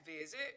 visit